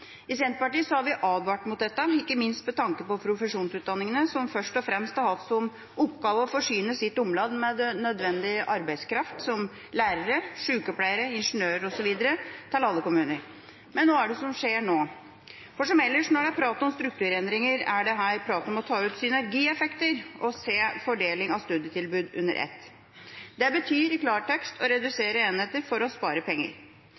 I Senterpartiet har vi advart mot dette, ikke minst med tanke på profesjonsutdanningene, som først og fremst har hatt som oppgave å forsyne sitt omland, alle kommuner, med nødvendig arbeidskraft, som lærere, sykepleiere, ingeniører osv. Men hva er det som skjer nå? Som ellers når det er prat om strukturendringer, er det her prat om å ta ut synergieffekter og se fordelingen av studietilbud under ett. Det betyr i klartekst å redusere enheter for å spare penger.